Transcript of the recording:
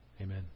Amen